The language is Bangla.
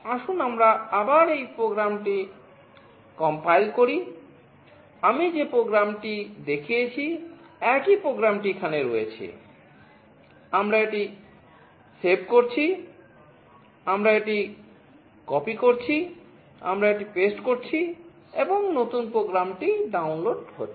আসুন আমরা আবার এই প্রোগ্রামটি সংকলন হচ্ছে